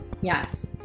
yes